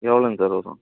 எவ்வளோங்க சார் வரும்